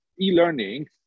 e-learning